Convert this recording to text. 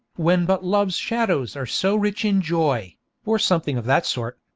when but love's shadows are so rich in joy or something of that sort.